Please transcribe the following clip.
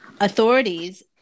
Authorities